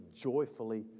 joyfully